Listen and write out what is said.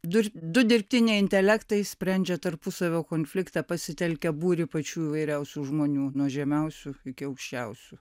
du du dirbtiniai intelektai sprendžia tarpusavio konfliktą pasitelkia būrį pačių įvairiausių žmonių nuo žemiausių iki aukščiausių